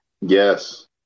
yes